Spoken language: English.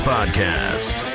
Podcast